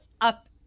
up